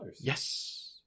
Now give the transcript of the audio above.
Yes